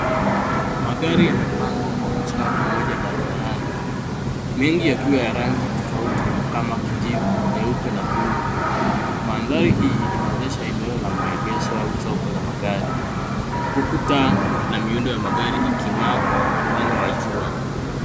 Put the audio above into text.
Magari yamepangwa kwa msitari moja barabarani, mengi yakiwa ya rangi tofauti kama vile kijivu, nyeupe na bluu. Mandhari hii inaonyesha eneo la maegesho au solo la magari. Huku taa na miundo ya magari ikingaa kwa mwanga wa jua.